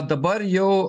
dabar jau